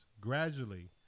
Gradually